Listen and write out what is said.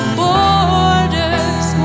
borders